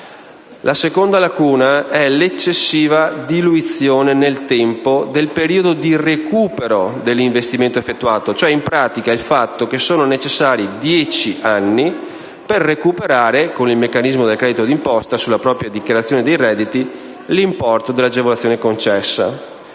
La seconda lacuna è l'eccessiva diluizione nel tempo del periodo di recupero dell'investimento effettuato, cioè in pratica il fatto che sono necessari dieci anni per recuperare, con il meccanismo del credito d'imposta sulla propria dichiarazione dei redditi, l'importo dell'agevolazione concessa.